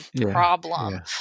problem